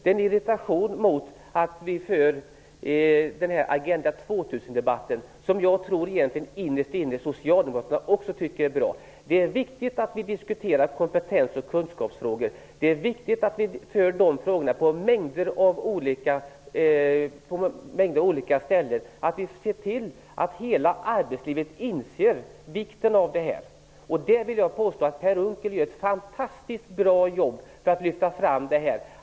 Det är en irritation över att vi för Agenda 2000-debatten, som jag tror att också socialdemokraterna egentligen innerst inne tycker är bra. Det är viktigt att vi diskuterar kompetens och kunskapsfrågor och gör det på många olika ställen. Vi måste tillse att hela arbetslivet blir medvetet om dessa frågors vikt. Jag vill påstå att Per Unckel gör ett fantastiskt bra jobb för att lyfta fram detta.